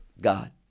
God